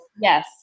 Yes